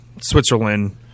Switzerland